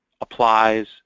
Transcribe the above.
applies